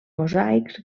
mosaics